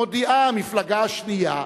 מודיעה המפלגה השנייה: